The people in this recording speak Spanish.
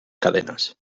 cadenas